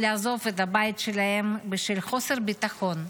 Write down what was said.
לעזוב את הבית שלהם בשל חוסר ביטחון,